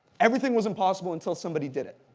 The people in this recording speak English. everything was impossible until somebody did it.